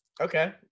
Okay